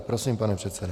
Prosím, pane předsedo.